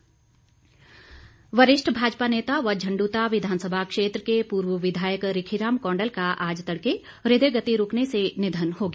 रिखी राम कौंडल वरिष्ठ भाजपा नेता व झंड्रता विधानसभा क्षेत्र के पूर्व विधायक रिखी राम कौंडल का आज तड़के हृदय गति रुकने से निधन हो गया